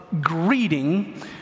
greeting